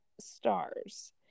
stars